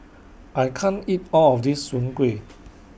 I can't eat All of This Soon Kuih